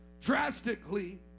drastically